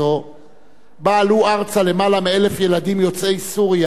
שבה עלו ארצה יותר מ-1,000 ילדים יוצאי סוריה ללא הוריהם,